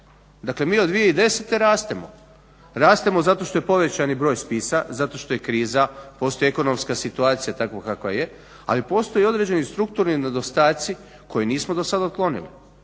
Dakle mi od 2010. rastemo, rastemo zato što je povećani broj spisa, zato što je kriza, postoji ekonomska situacija takva kakva je, ali postoje i određeni strukturni nedostaci koje nismo dosad otklonili.